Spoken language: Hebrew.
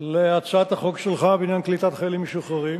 על הצעת החוק שלך בעניין קליטת חיילים משוחררים,